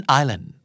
island